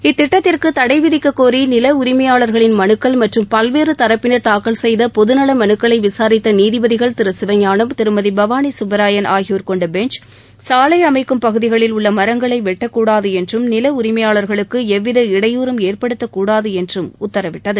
இத்திட்டத்திற்கு தடை விதிக்கக் கோரி நில உரிமையாளர்களின் மனுக்கள் மற்றும் பல்வேறு தரப்பினர் தாக்கல் செய்த பொது நல மனுக்களை விசாரித்த நீதிபதிகள் திரு சிவஞானம் திருமதி பவானி சுப்பராயன் ஆகியோர் கொண்ட பெஞ்ச் எலை அமைக்கும் பகுதிகளில் உள்ள மரங்களை வெட்டக்கூடாது என்றும் நில உரிமையாளர்களுக்கு எவ்வித இடையூறும் ஏற்படுத்தக்கூடாது என்றும் உத்தரவிட்டது